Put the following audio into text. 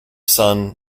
son